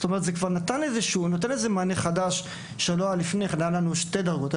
זה כבר נותן איזה שהוא מענה חדש שלא היה לפני כן היו לנו שתי דרגות,